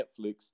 Netflix